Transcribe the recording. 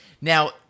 Now